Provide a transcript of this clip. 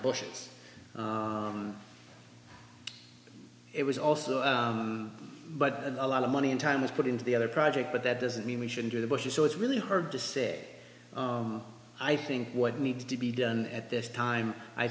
bush it was also but a lot of money and time was put into the other project but that doesn't mean we shouldn't do the bushes so it's really hard to say i think what needs to be done at this time i